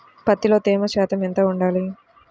పత్తిలో తేమ శాతం ఎంత ఉండాలి?